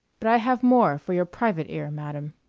but i have more for your private ear, madam.